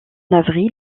avril